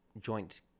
joint